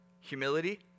humility